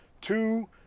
Two